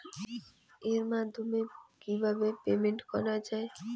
এর মাধ্যমে কিভাবে পেমেন্ট করা য়ায়?